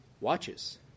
Watches